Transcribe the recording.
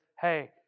Hey